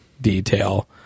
detail